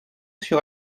sur